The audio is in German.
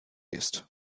ist